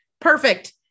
perfect